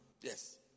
Yes